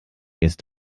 ist